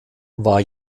war